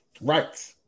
Right